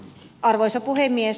arvoisa puhemies